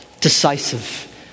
decisive